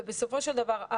ובסופו של דבר,